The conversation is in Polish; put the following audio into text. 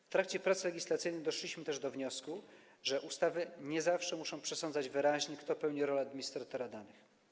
W trakcie prac legislacyjnych doszliśmy też do wniosku, że ustawy nie zawsze muszą przesądzać wyraźnie, kto pełni rolę administratora danych.